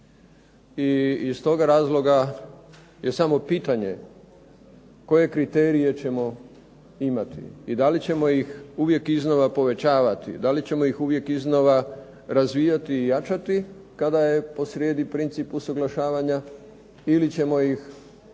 I iz toga razloga je samo pitanje koje kriterije ćemo imati i da li ćemo ih uvijek iznova povećavati, da li ćemo ih uvijek iznova razvijati i jačati kada je po srijedi princip usuglašavanja ili ćemo ih uvijek